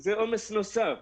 זה עומס נוסף